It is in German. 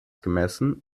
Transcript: gemessen